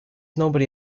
nobody